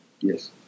Yes